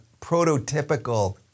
prototypical